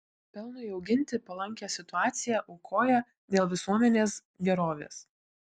pelnui auginti palankią situaciją aukoja dėl visuomenės gerovės